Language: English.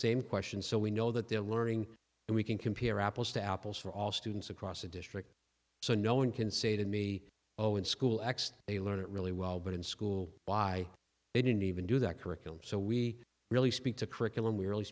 same question so we know that they're learning and we can compare apples to apples for all students across the district so no one can say to me oh in school x they learn it really well but in school why they didn't even do that curriculum so we really speak to curriculum we re